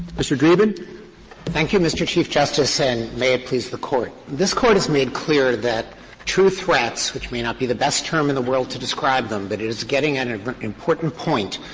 mr. dreeben. dreeben thank you, mr. chief justice, and may it please the court this court has made clear that true threats, which may not be the best term in the world to describe them but it is getting at an important point,